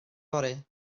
fory